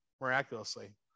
miraculously